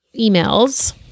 emails